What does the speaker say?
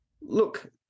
look